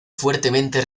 fuertemente